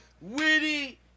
witty